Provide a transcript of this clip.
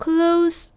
Close